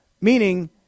Meaning